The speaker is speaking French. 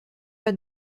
pas